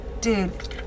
dude